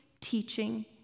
teaching